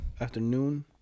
Afternoon